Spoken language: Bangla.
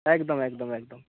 একদম একদম একদম